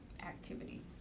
activity